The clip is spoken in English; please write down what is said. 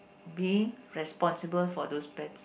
being responsible for those pets